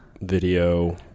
video